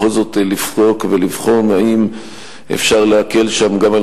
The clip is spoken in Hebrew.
בכל זאת לבדוק ולבחון אם אפשר להקל שם גם על